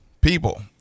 people